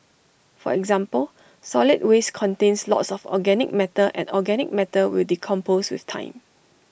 for example solid waste contains lots of organic matter and organic matter will decompose with time